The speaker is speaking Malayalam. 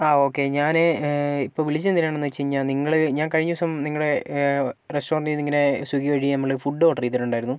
ആ ഓക്കേ ഞാൻ ഇപ്പോൾ വിളിച്ചത് എന്തിനാണെന്ന് വച്ചു കഴിഞ്ഞാൽ നിങ്ങൾ ഞാൻ കഴിഞ്ഞ ദിവസം നിങ്ങളുടെ റസ്റ്റോറന്റിൽ നിന്ന് ഇങ്ങനെ സ്വിഗ്ഗി വഴി ഞങ്ങൾ ഫുഡ് ഓർഡർ ചെയ്തിട്ടുണ്ടായിരുന്നു